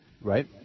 Right